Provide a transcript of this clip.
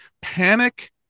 Panic